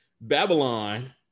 Babylon